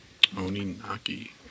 Oninaki